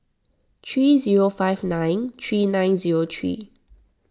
three zero five nine three nine zero three